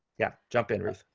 yeah. jump in, ruth.